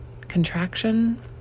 contraction